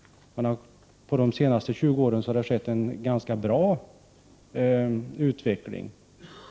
Under de senaste 20 åren har det här skett en ganska bra utveckling.